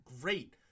great